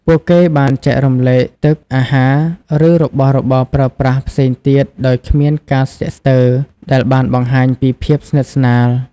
ពួកគេបានចែករំលែកទឹក អាហារ ឬរបស់របរប្រើប្រាស់ផ្សេងទៀតដោយគ្មានការស្ទាក់ស្ទើរ ដែលបានបង្ហាញពីភាពស្និទ្ធស្នាល។